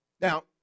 Now